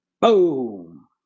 boom